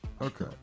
okay